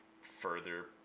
further